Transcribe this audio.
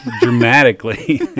dramatically